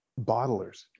bottlers